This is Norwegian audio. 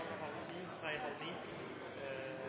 er brukt, har